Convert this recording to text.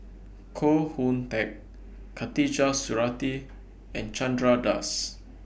Koh Hoon Teck Khatijah Surattee and Chandra Das